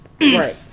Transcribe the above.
Right